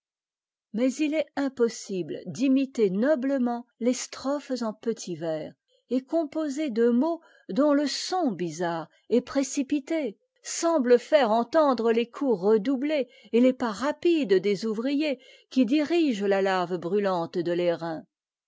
mais it est impossible d'imiter noblement les strophes en petits vers et composées de mots dont le son bizarre et précipité sembte faire entendretes coups redoublés et les pas'rapides des ouvriers qui dirigent la lave brûtante de l'airain